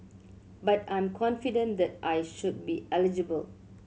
but I'm confident that I should be eligible